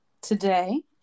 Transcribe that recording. today